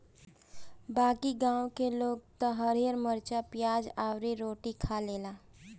बाकी गांव के लोग त हरिहर मारीचा, पियाज अउरी रोटियो खा लेला